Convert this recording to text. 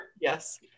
Yes